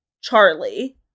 Charlie